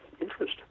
interest